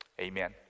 Amen